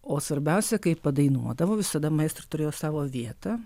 o svarbiausia kai padainuodavo visada maestro turėjo savo vietą